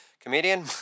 comedian